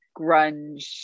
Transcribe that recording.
grunge